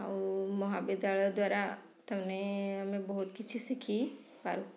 ଆଉ ମହାବିଦ୍ୟାଳୟ ଦ୍ଵାରା ତାମାନେ ଆମେ ବହୁତ କିଛି ଶିଖିପାରୁ